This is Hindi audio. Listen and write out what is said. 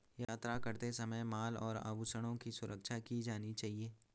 यात्रा करते समय माल और आभूषणों की सुरक्षा की जानी चाहिए